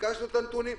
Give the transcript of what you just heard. ביקשנו את הנתונים.